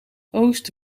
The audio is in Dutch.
oost